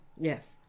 Yes